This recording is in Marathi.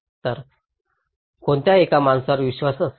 तर कोणत्या एका माणसावर विश्वास असेल